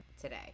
today